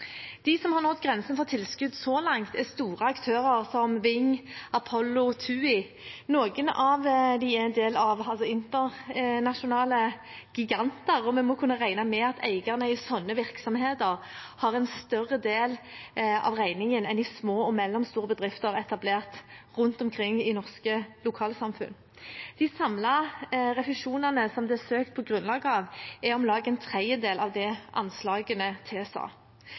De som har nådd grensen for tilskudd så langt, er store aktører som Ving, Apollo og TUI. Noen av dem er en del av internasjonale giganter, og vi må kunne regne med at eierne i slike virksomheter tar en større del av regningen enn i små og mellomstore bedrifter etablert rundt omkring i norske lokalsamfunn. De samlede refusjonene som det er søkt på grunnlag av, er om lag en tredjedel av det anslagene